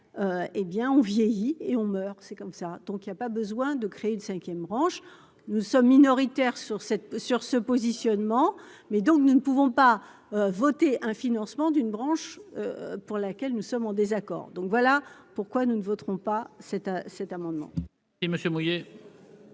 hé bien on vieillit et on meurt, c'est comme ça, donc il y a pas besoin de créer une 5ème, branche. Nous sommes minoritaires sur cette sur ce positionnement mais, donc nous ne pouvons pas voter un financement d'une branche. Pour laquelle nous sommes en désaccord, donc voilà pourquoi nous ne voterons pas cet cet amendement.